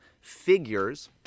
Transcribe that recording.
figures